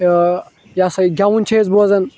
یہِ ہسا یہِ گؠوُن چھِ أسۍ بوزان